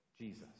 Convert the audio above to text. Jesus